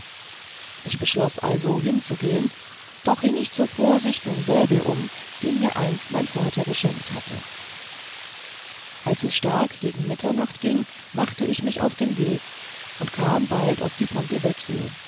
ich beschloß also hinzugehen doch hing ich zur vorsicht den säbel um den mir einst mein vater geschenkt hatte als es stark gegen mitternacht ging machte ich mich auf den weg und kam bald auf die ponte